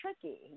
tricky